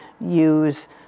use